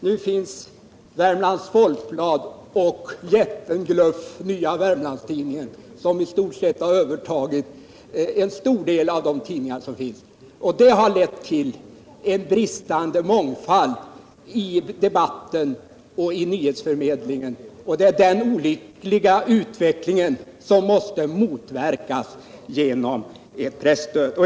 Nu finns Värmlands Folkblad och jätten Gluff-gluff, Nya Wermlands-Tidningen, som har övertagit en stor del av de tidningar som funnits. Det har lett till en bristande mångfald i debatten och i nyhetsförmedlingen, och det är den olyckliga utvecklingen som måste motverkas genom ett presstöd.